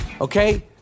Okay